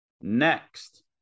Next